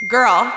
Girl